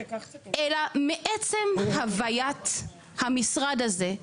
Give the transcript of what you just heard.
אלא מעצם הוויית המשרד הזה,